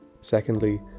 Secondly